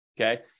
okay